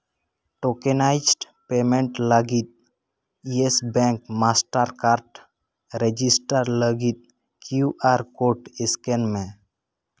tokenised payment ᱞᱟᱹᱜᱤᱫ Yes Bank Mastercard register ᱞᱟᱹᱜᱤᱫ Q R code scan ᱢᱮ